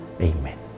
Amen